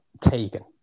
Taken